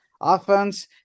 Offense